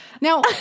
Now